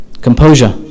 Composure